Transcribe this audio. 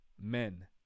Men